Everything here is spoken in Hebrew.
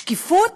שקיפות